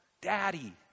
Daddy